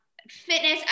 fitness